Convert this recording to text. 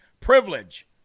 privilege